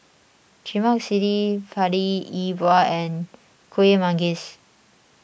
Lemak Cili Padi E Bua and Kuih Manggis